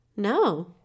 no